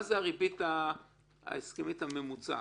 מה הריבית ההסכמית הממוצעת?